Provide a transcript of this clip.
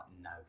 no